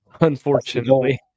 Unfortunately